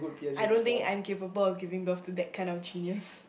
I don't think I'm capable of giving birth to that kind of genius